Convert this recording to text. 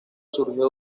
surgió